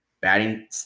Batting